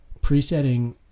presetting